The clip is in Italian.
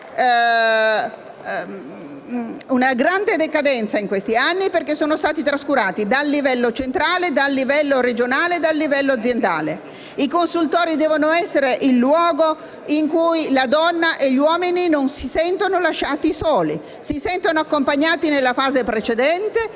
di grande decadenza in questi anni perché sono stati trascurati dal livello centrale, dal livello regionale e dal livello aziendale. I consultori devono essere il luogo in cui le donne e gli uomini non si sentano lasciati soli, ma si sentano accompagnati, sia nella fase precedente